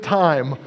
time